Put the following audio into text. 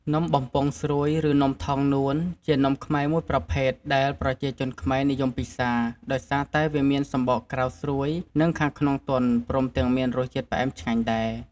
នំបំពង់ស្រួយ ឬនំថងនួន ជានំខ្មែរមួយប្រភេទដែលប្រជាជនខ្មែរនិយមពិសា ដោយសារតែវាមានសំបកក្រៅស្រួយ និងខាងក្នុងទន់ ព្រមទាំងមានរសជាតិផ្អែមឆ្ងាញ់ដែរ។